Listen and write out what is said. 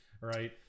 right